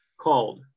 called